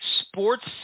sports